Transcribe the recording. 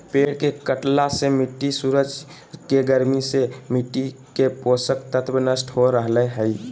पेड़ के कटला से मिट्टी सूरज के गर्मी से मिट्टी के पोषक तत्व नष्ट हो रहल हई